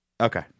Okay